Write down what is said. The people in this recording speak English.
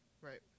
Right